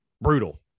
brutal